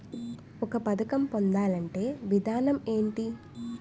ఒక పథకం పొందాలంటే విధానం ఏంటి?